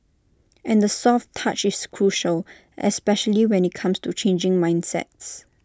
and the soft touch is crucial especially when IT comes to changing mindsets